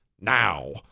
now